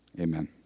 amen